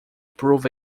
prove